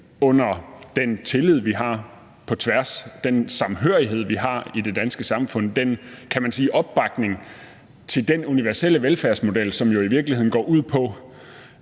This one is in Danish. under den tillid, vi har på tværs, den samhørighed, vi har i det danske samfund, den opbakning til den universelle velfærdsmodel eller